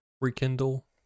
rekindle